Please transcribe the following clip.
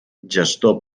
gestor